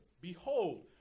behold